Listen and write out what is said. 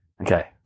Okay